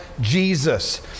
Jesus